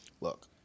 look